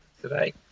today